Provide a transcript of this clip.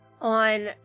On